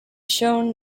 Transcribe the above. shown